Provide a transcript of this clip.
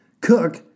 Cook